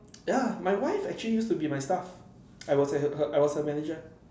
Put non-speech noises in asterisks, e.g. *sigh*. *noise* ya my wife actually used to be my staff *noise* I was her her I was her manager